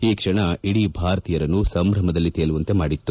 ಈ ಕ್ಷಣ ಇಡೀ ಭಾರತೀಯರನ್ನು ಸಂಭ್ರಮದಲ್ಲಿ ತೇಲುವಂತೆ ಮಾಡಿತ್ತು